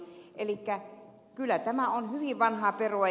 elikkä kyllä tämä on hyvin vanhaa perua